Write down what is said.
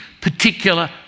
particular